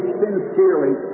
sincerely